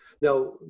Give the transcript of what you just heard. Now